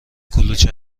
کلوچه